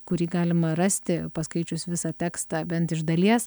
kurį galima rasti paskaičius visą tekstą bent iš dalies